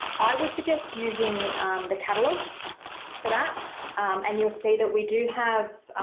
i would suggest using the catalogue for that and you'll see that we do have